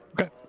Okay